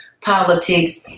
politics